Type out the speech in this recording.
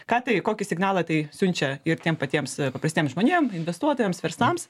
ką tai kokį signalą tai siunčia ir tiem patiems paprastiems žmonėm investuotojams verslams